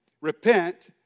Repent